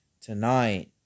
tonight